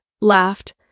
laughed